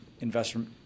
investment